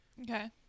okay